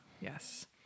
Yes